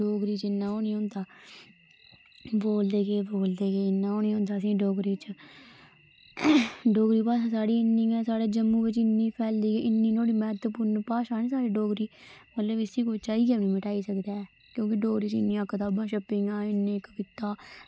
डोगरी च इन्ना ओह् निं होंदा बोलदे गे बोलदे गे ते डोगरी च इन्ना ओह् निं होंदा डोगरी भाशा साढ़े जम्मू च इन्नी फैली दी इन्नी फैली दी हून म्हत्वपूर्ण भाशा साढ़ी डोगरी ते हून इस्सी कोई चाहियै निं मिटाई सकदा ऐ ते डोगरी च इन्नी कताबां छप्पी दियां इन्नियां कवितां